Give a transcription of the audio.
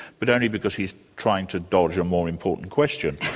but only because he's trying to dodge a more important question.